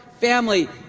family